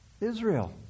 Israel